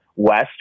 west